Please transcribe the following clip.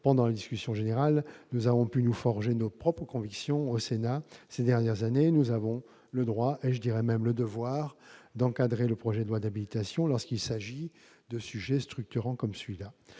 pendant la discussion générale, nous, sénateurs, avons pu nous forger nos propres convictions ces dernières années ; nous avons le droit, je dirais même le devoir, d'encadrer un projet de loi d'habilitation lorsqu'il s'agit de sujets aussi structurants. Je vous